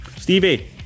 Stevie